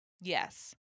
yes